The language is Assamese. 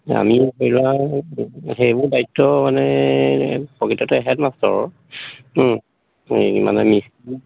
আমি ধৰি লোৱা সেইবোৰ দায়িত্ব মানে প্ৰকৃততে হেডমাষ্টৰৰ এই মানে মিস্ত্ৰী